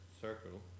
circle